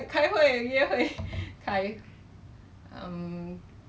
so your your what about you how your work